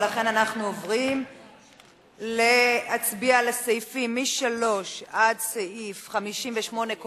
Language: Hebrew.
ולכן אנחנו עוברים להצביע על הסעיפים מ-3 עד סעיף 58,